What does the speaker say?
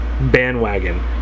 bandwagon